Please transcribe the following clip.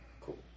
cool